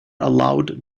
allowed